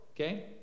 Okay